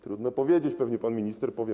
Trudno powiedzieć, pewnie pan minister powie.